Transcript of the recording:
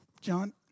John